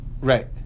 Right